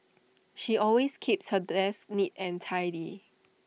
she always keeps her desk neat and tidy